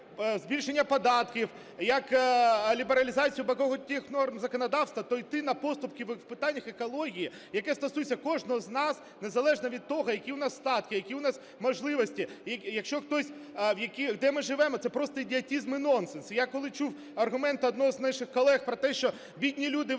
збільшення податків, як лібералізацію тих норм законодавства, то йти на поступки в питаннях екології, які стосуються кожного з нас, незалежно від того, які у нас статки, які у нас можливості, якщо хтось… де ми живемо, це просто ідіотизм і нонсенс. І я коли чув аргументи одного з наших колег про те, що бідні люди, виявляється,